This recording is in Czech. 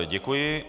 Děkuji.